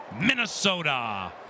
Minnesota